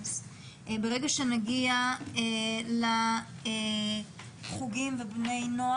לא, תרבותי ייחודי זה רק הישיבות מ-ח', על-תיכוני.